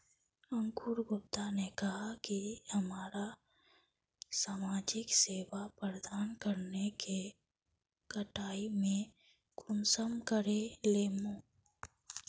अंकूर गुप्ता ने कहाँ की हमरा समाजिक सेवा प्रदान करने के कटाई में कुंसम करे लेमु?